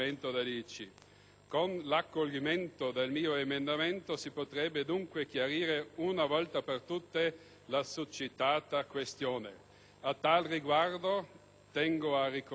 Con l'accoglimento del mio emendamento si potrebbe dunque chiarire una volta per tutte la succitata questione. A tal riguardo tengo a ricordare